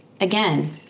again